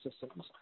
systems